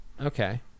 Okay